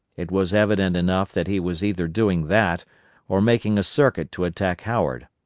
it was evident enough that he was either doing that or making a circuit to attack howard.